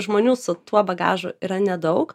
žmonių su tuo bagažu yra nedaug